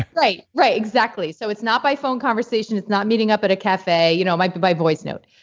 right? right. exactly. so it's not by phone conversation, it's not meeting up at a cafe you know might be by voice note.